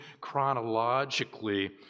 chronologically